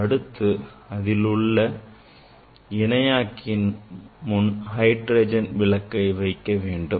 அடுத்து அதில் உள்ள இணையாக்கியின் முன் ஹைட்ரஜன் விளக்கை வைக்க வேண்டும்